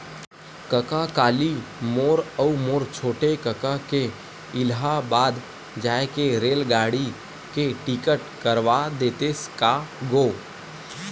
कका काली मोर अऊ मोर छोटे कका के इलाहाबाद जाय के रेलगाड़ी के टिकट करवा देतेस का गो